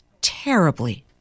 terribly